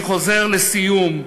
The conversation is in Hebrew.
אני חוזר לסיום,